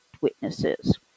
witnesses